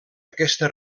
aquesta